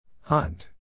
Hunt